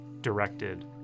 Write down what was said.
directed